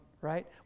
right